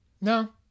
No